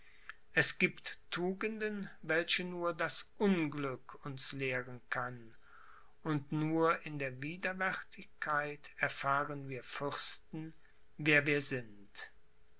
es gibt tugenden welche nur das unglück uns lehren kann und nur in der widerwärtigkeit erfahren wir fürsten wer wir sind